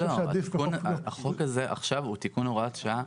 אני חושב שעדיף --- החוק הזה עכשיו הוא תיקון הוראת שעה